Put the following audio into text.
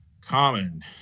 Common